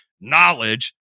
knowledge